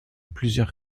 plusieurs